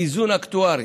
איזון אקטוארי.